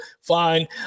Fine